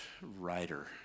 writer